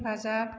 हेफाजाब